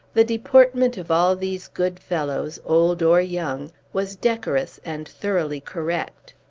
the deportment of all these good fellows, old or young, was decorous and thoroughly correct.